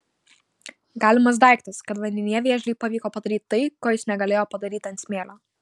galimas daiktas kad vandenyje vėžliui pavyko padaryti tai ko jis negalėjo padaryti ant smėlio